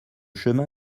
chemin